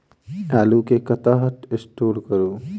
आलु केँ कतह स्टोर करू?